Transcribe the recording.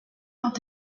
lors